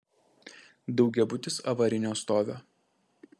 daugiabutis avarinio stovio